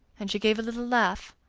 and she gave a little laugh.